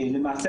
למעשה,